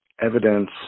evidence